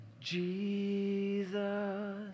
Jesus